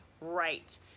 right